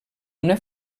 una